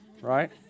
right